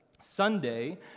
Sunday